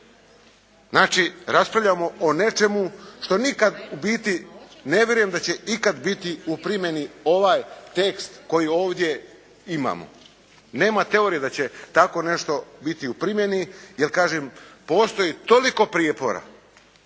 Znači raspravljamo o nečemu što nikad u biti ne vjerujem da će ikad biti u primjeni ovaj tekst koji ovdje imamo. Nema teorije da će tako nešto biti u primjeni, jer kažem postoji toliko prijepora.